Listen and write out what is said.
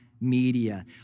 Media